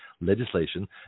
legislation